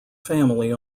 family